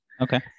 Okay